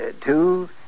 two